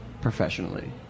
professionally